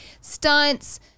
stunts